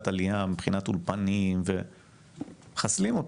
עלייה מבחינת אולפנים ומחסלים אותו.